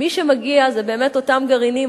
ומי שמגיע זה באמת אותם גרעינים,